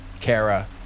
Kara